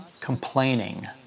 complaining